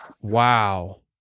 Wow